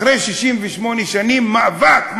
אחרי 68 שנים מאבק,